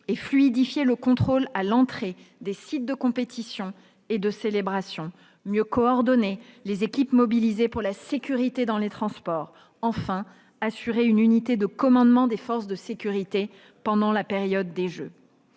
et fluidifier le contrôle à l'entrée des sites de compétition et de célébration. Il importe de mieux coordonner les équipes mobilisées pour la sécurité dans les transports et d'assurer une unité de commandement des forces de sécurité pendant la période des Jeux.